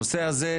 הנושא הזה,